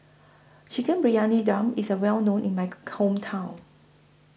Chicken Briyani Dum IS A Well known in My Hometown